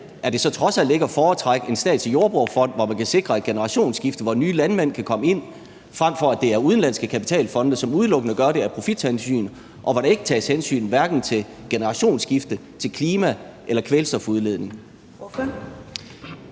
er det så trods alt ikke at foretrække at have en statslig jordbrugerfond, hvor man kan sikre et generationsskifte, hvor nye landmænd kan komme ind, frem for at det er udenlandske kapitalfonde, som udelukkende gør det af profithensyn, og som hverken tager hensyn til generationsskifte, klima eller kvælstofudledning?